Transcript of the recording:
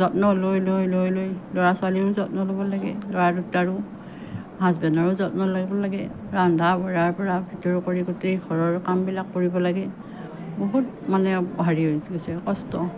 যত্ন লৈ লৈ লৈ লৈ ল'ৰা ছোৱালীৰো যত্ন ল'ব লাগে ল'ৰা দুটাৰো হাজবেণৰো যত্ন লাগিব লাগে ৰন্ধা বঢ়াৰ পৰা ভিতৰ কৰি গোটেই ঘৰৰ কামবিলাক কৰিব লাগে বহুত মানে হেৰি হৈ গৈছে কষ্ট